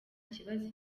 kibazo